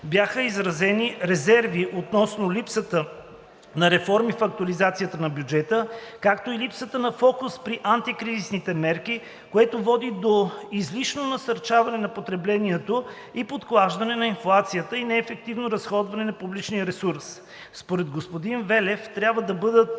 бяха изразени резерви относно липсата на реформи в актуализацията на бюджета, както и липсата на фокус при антикризисните мерки, което води до излишно насърчаване на потреблението и подклаждане на инфлацията, и неефективно разходване на публичен ресурс. Според господин Велев трябва да бъдат